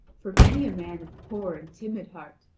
for many a man of poor and timid heart,